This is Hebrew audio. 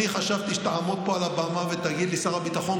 אני חשבתי שאתה תעמוד פה על הבמה ותגיד לי: שר הביטחון,